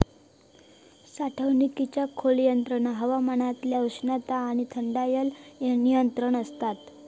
साठवणुकीच्या खोलयेत हवामानातल्या उष्णता आणि थंडायर लय नियंत्रण आसता